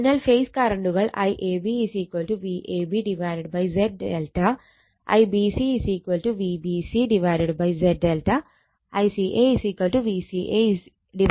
അതിനാൽ ഫേസ് കറണ്ടുകൾ IAB VabZΔ IBC Vbc ZΔ ICA VcaZΔ എന്നിവയാണ്